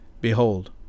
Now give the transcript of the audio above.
Behold